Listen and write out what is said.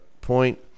point